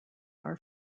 are